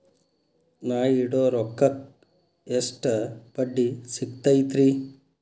ನಾ ಇಡೋ ರೊಕ್ಕಕ್ ಎಷ್ಟ ಬಡ್ಡಿ ಸಿಕ್ತೈತ್ರಿ?